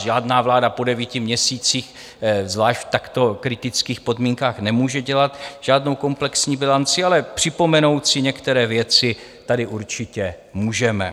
Žádná vláda po devíti měsících, zvlášť v takto kritických podmínkách, nemůže dělat žádnou komplexní bilanci, ale připomenout si některé věci tady určitě můžeme.